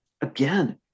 again